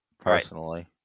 personally